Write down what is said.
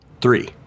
Three